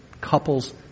couples